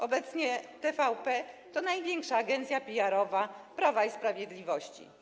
Obecnie TVP to największa agencja PR-owa Prawa i Sprawiedliwości.